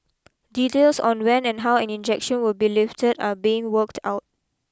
details on when and how an injection will be lifted are being worked out